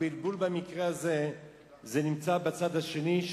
הבלבול במקרה הזה נמצא בצד השני,